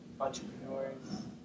entrepreneurs